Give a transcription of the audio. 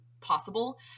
possible